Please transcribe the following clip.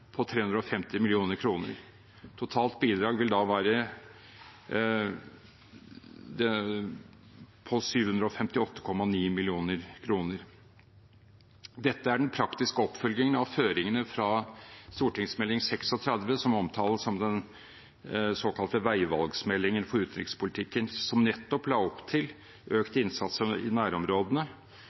på 350 mill. kr. Det totale bidraget vil da være 758,9 mill. kr. Dette er den praktiske oppfølgingen av føringene fra Meld. St. 36 for 2016–2017, som omtales som veivalgsmeldingen for utenrikspolitikken, og som nettopp la opp til økt innsats i nærområdene,